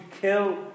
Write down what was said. kill